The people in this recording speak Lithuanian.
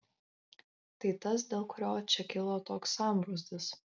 tai tas dėl kurio čia kilo toks sambrūzdis